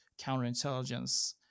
counterintelligence